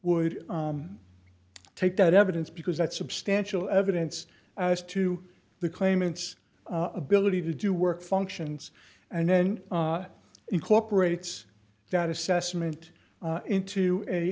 would take that evidence because that's substantial evidence as to the claimants ability to do work functions and then incorporates that assessment into a